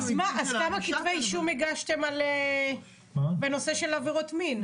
אז כמה כתבי אישום הגשתם בנושא של עבירות מין?